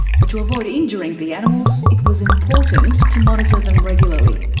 but to avoid injuring the animals, it was important to monitor them regularly.